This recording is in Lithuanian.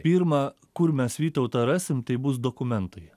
pirma kur mes vytautą rasim tai bus dokumentai